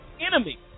enemy